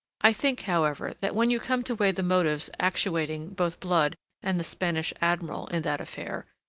i think, however, that when you come to weigh the motives actuating both blood and the spanish admiral, in that affair,